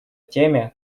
теме